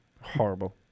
horrible